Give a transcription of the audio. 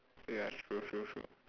ya true true true